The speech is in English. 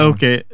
Okay